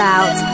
Out